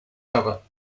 cover